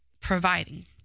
providing